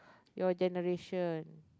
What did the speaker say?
your generation